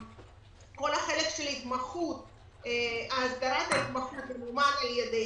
כל החלק של הסדרת ההתמחות ממומן על ידינו.